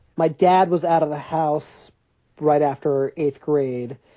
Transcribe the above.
my dad was out of the house right after eighth grade.